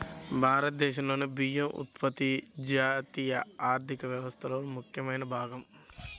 భారతదేశంలో బియ్యం ఉత్పత్తి జాతీయ ఆర్థిక వ్యవస్థలో ముఖ్యమైన భాగం